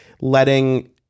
letting